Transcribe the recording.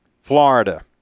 Florida